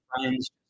friends